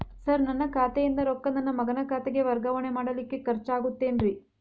Sir ನನ್ನ ಖಾತೆಯಿಂದ ರೊಕ್ಕ ನನ್ನ ಮಗನ ಖಾತೆಗೆ ವರ್ಗಾವಣೆ ಮಾಡಲಿಕ್ಕೆ ಖರ್ಚ್ ಆಗುತ್ತೇನ್ರಿ?